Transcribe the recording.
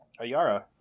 Ayara